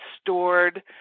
stored